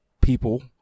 people